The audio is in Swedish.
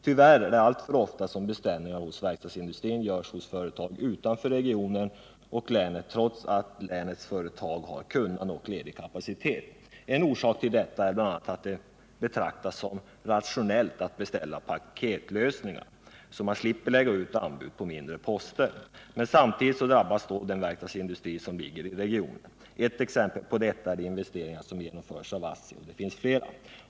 Tyvärr är det alltför ofta som beställningar hos verkstadsindustrin görs hos företag utanför regionen och länet trots att länets företag har kunnande och ledig kapacitet. En orsak till detta är bl.a. att det betraktas som rationellt att beställa ”paketlösningar” så att man slipper lägga ut anbud på mindre poster. Men samtidigt drabbas den verkstadsindustri som ligger i regionen. Ett exempel på detta är de investeringar som genomförs av ASSI, och det finns flera.